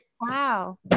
Wow